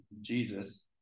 jesus